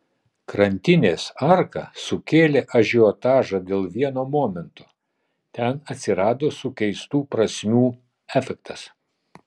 krantinės arka sukėlė ažiotažą dėl vieno momento ten atsirado sukeistų prasmių efektas